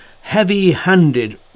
heavy-handed